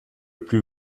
plus